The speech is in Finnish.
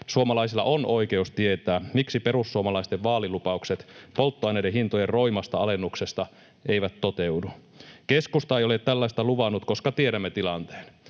Suomalaisilla on oikeus tietää, miksi perussuomalaisten vaalilupaukset polttoaineiden hintojen roimasta alennuksesta eivät toteudu. Keskusta ei ole tällaista luvannut, koska tiedämme tilanteen.